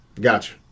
gotcha